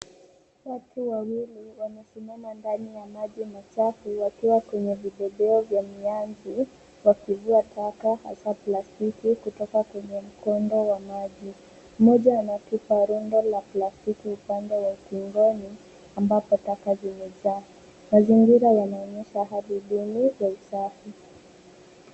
Watu wawili wamesimama ndani ya maji machafu wakiwa kwenye vibebeo vya mianzi wakivua taka hasa plastiki kutoka kwenye mkondo wa maji. Mmoja anatupa rundo la plastiki upande wa ukingoni ambapo taka zimejaa. Mazingira yanaonyesha hali duni ya usafi.